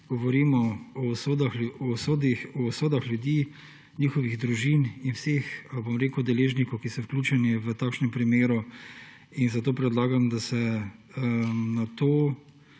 govorimo o usodah ljudi, njihovih družin in vseh deležnikov, ki so vključeni v takšnem primeru. Zato predlagam, da se na te